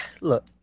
look